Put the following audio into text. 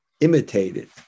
imitated